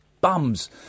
bums